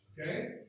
okay